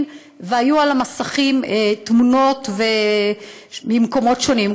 והיו על המסכים תמונות ממקומות שונים.